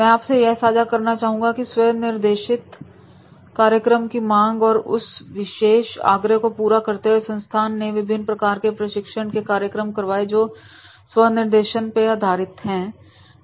मैं आपसे यह साझा करना चाहूंगा कि वहां स्व निर्देशित कार्यक्रम की मांग थी और उस विशेष आग्रह को पूरा करते हुए संस्थान ने विभिन्न प्रकार के प्रशिक्षण के कार्यक्रम करवाएं जो स्व निर्देशन पर आधारित है